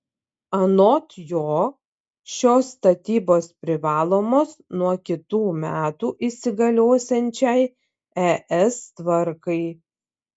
anot jo šios statybos privalomos nuo kitų metų įsigaliosiančiai es tvarkai